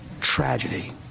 tragedy